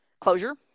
closure